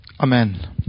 Amen